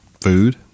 Food